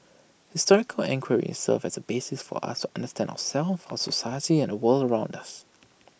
historical enquiry serves as A basis for us to understand ourselves our society and the world around us